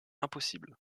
impossible